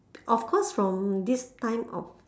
of course from this time of